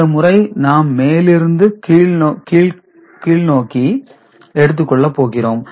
இந்த முறை நாம் மேலிருந்து கீழ் கணக்கு எடுத்துக்கொள்ள போகிறோம்